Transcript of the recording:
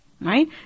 Right